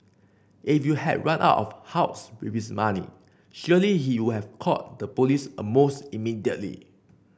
if you had run out of house with his money surely he will have called the police almost immediately